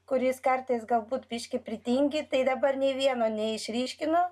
kuris kartais galbūt biškį pritingi tai dabar nei vieno neišryškinu